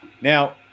Now